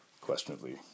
questionably